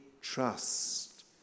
trust